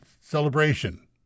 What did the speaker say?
Celebration